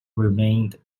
remained